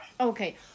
Okay